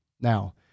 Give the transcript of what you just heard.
Now